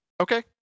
Okay